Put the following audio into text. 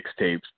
mixtapes